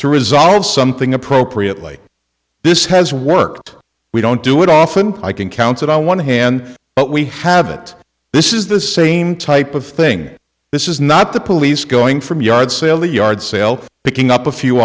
to resolve something appropriately this has worked we don't do it often i can count on one hand we have it this is the same type of thing this is not the police going from yard sale the yard sale picking up a few